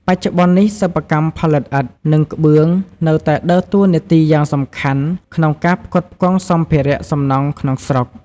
បច្ចុប្បន្ននេះ សិប្បកម្មផលិតឥដ្ឋ និងក្បឿងនៅតែដើរតួនាទីយ៉ាងសំខាន់ក្នុងការផ្គត់ផ្គង់សម្ភារៈសំណង់ក្នុងស្រុក។